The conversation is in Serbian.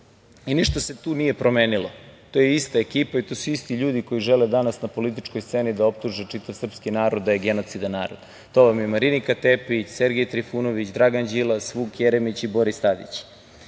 se tu nije promenilo. To je ista ekipa i to su isti ljudi koji žele danas na političkoj sceni da optuže čitav srpski narod da je genocidan narod. To vam je Marinika Tepić, Sergej Trifunović, Dragan Đilas, Vuk Jeremić i Boris